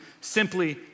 simply